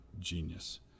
genius